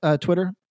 Twitter